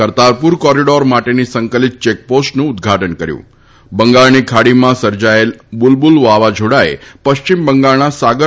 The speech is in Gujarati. કરતારપુર કોરિડોર માટેની સંકલિત ચેકપોસ્ટનું ઉદઘાટન કર્યું છે બંગાળની ખાડીમાં સર્જાયેલા બુલબુલ વાવાઝોડાએ પશ્ચિમ બંગાળના સાગર